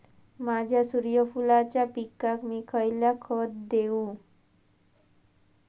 माझ्या सूर्यफुलाच्या पिकाक मी खयला खत देवू?